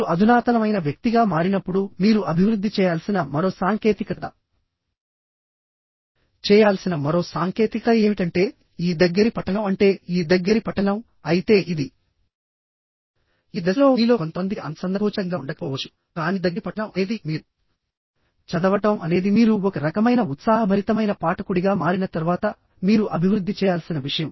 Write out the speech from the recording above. మీరు అధునాతనమైన వ్యక్తిగా మారినప్పుడు మీరు అభివృద్ధి చేయాల్సిన మరో సాంకేతికత చేయాల్సిన మరో సాంకేతికత ఏమిటంటే ఈ దగ్గరి పఠనం అంటే ఈ దగ్గరి పఠనం అయితే ఇది ఈ దశలో మీలో కొంతమందికి అంత సందర్భోచితంగా ఉండకపోవచ్చు కానీ దగ్గరి పఠనం అనేది మీరు చదవడం అనేది మీరు ఒక రకమైన ఉత్సాహభరితమైన పాఠకుడిగా మారిన తర్వాత మీరు అభివృద్ధి చేయాల్సిన విషయం